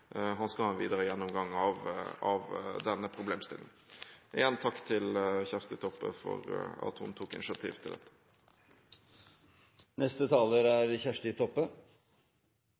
han skal ha en videre gjennomgang av denne problemstillingen. Igjen takk til Kjersti Toppe for at hun tok initiativ til dette.